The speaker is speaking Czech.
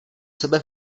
sebe